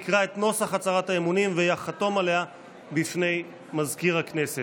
יקרא את נוסח הצהרת האמונים ויחתום עליה בפני מזכיר הכנסת.